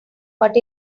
but